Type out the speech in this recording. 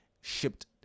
shipped